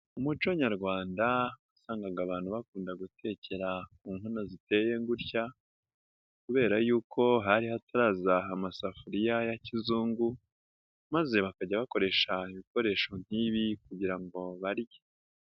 Mu muco nyarwanda wasangaga abantu bakunda gutekera ku nkono ziteye gutya kubera yuko hari hatara amasafuriya ya kizungu, maze bakajya bakoresha ibikoresho nk'ibi kugira ngo barye.